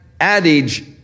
adage